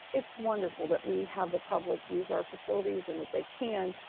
it's wonderful that we have the public use our facilities and that they can,